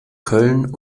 köln